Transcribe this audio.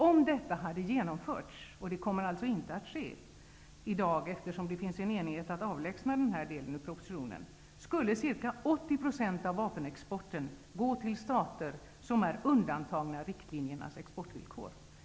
Om detta hade genomförts -- vilket alltså inte kommer att ske, eftersom det finns en enighet om att avlägsna den här delen ur propositionen -- skulle ca 80 % av vapenexporten gå till stater som är undantagna riktlinjernas exportvillkor.